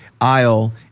aisle